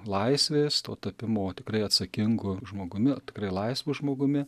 laisvės to tapimo tikrai atsakingu žmogumi tikrai laisvu žmogumi